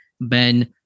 Ben